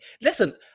listen